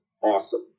awesome